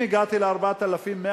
אם הגעתי ל-4,100,